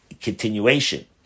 continuation